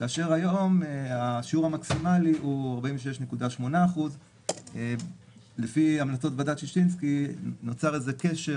כאשר היום השיעור המקסימלי הוא 46.8%. לפי המלצות ועדת ששינסקי נוצר איזה קשר,